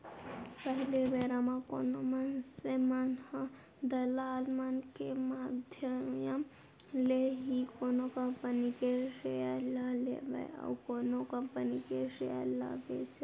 पहिली बेरा म कोनो मनसे मन ह दलाल मन के माधियम ले ही कोनो कंपनी के सेयर ल लेवय अउ कोनो कंपनी के सेयर ल बेंचय